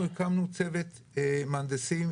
אנחנו הקמנו צוות מהנדסים,